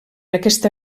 aquesta